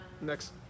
Next